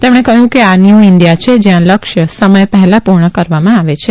તેમણે કહ્યું કે આ ન્યૂ ઇન્ડિયા છે જ્યાં લક્ષ્ય સમય પહેલાં પૂર્ણ કરવામાં આવે છે